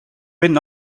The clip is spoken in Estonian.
enne